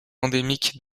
endémiques